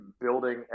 building